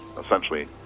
essentially